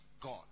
God